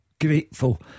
grateful